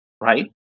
right